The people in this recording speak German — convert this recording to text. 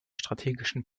strategischen